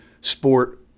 sport